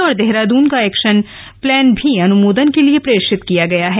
और देहरादून का air action plan भी अनुमोदन के लिये प्रेषित किया गया है